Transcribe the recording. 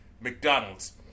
McDonald's